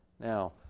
Now